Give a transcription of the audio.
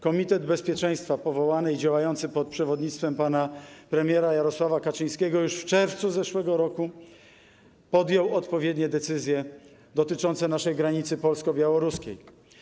Komitet bezpieczeństwa powołany i działający pod przewodnictwem pana premiera Jarosława Kaczyńskiego już w czerwcu zeszłego roku podjął odpowiednie decyzje dotyczące naszej granicy polsko-białoruskiej.